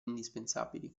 indispensabili